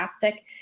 fantastic